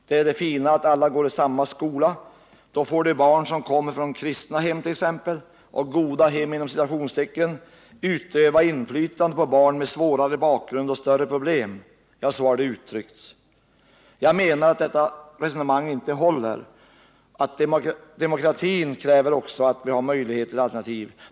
Det är det fina att alla går i samma skola — då får de barn som kommer från t.ex. kristna hem och ”goda hem” utöva inflytande på barn med svårare bakgrund och större problem — ja, så har det uttryckts. Jag menar att detta resonemang inte håller. Demokratin kräver också att vi har möjlighet till alternativ.